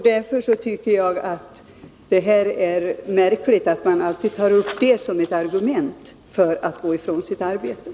Därför tycker jag det är märkligt att man alltid för fram skiftarbetarna som ett argument.